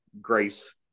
Grace